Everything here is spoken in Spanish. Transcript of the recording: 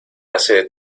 hace